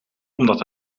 omdat